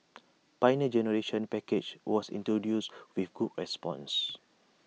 Pioneer Generation package was introduced with good response